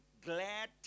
glad